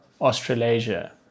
Australasia